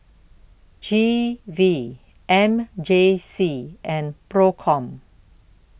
G V M J C and PROCOM